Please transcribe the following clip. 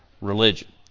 religion